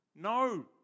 No